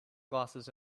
glasses